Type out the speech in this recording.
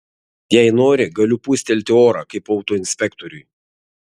jei nori galiu pūstelti orą kaip autoinspektoriui